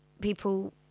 people